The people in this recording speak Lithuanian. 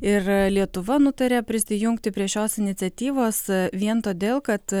ir lietuva nutarė prisijungti prie šios iniciatyvos vien todėl kad